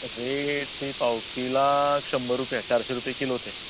rate ती पांव किलाक शंबर रुपया चारशे रुपया किलो ते